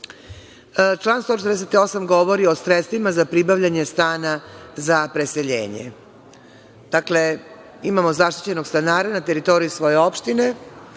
Član 148. govori o sredstvima za pribavljanje stana za preseljenje. Dakle, imamo zaštićenog stanara na teritoriji svoje opštine,